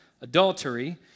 adultery